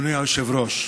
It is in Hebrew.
אדוני היושב-ראש,